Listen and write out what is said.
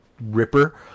Ripper